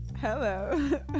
Hello